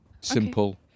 Simple